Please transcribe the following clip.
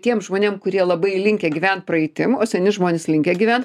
tiem žmonėm kurie labai linkę gyvent praeitim o seni žmonės linkę gyvent